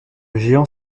géant